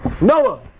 Noah